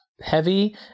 heavy